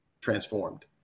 transformed